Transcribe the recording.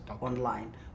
online